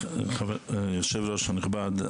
יושב הראש הנכבד,